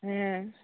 ᱦᱮᱸ